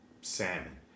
salmon